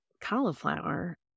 cauliflower